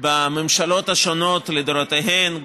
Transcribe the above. בממשלות השונות לדורותיהן,